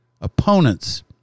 opponents